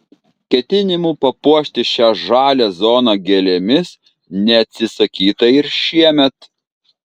ketinimų papuošti šią žalią zoną gėlėmis neatsisakyta ir šiemet